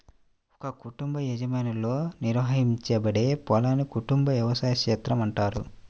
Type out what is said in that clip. ఒక కుటుంబ యాజమాన్యంలో నిర్వహించబడే పొలాన్ని కుటుంబ వ్యవసాయ క్షేత్రం అంటారు